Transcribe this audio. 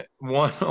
one